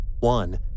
One